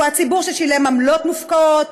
הציבור ששילם עמלות מופקעות,